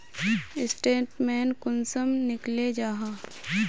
Statement कुंसम निकले जाहा?